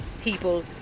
people